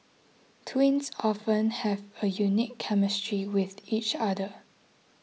twins often have a unique chemistry with each other